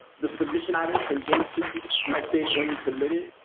the submission status and date will update when you submit